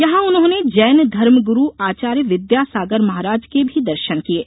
यहां उन्होंने जैन धर्म गुरू आचार्य विद्या सागर महाराज के भी दर्शन किये